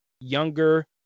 younger